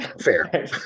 Fair